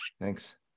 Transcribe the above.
Thanks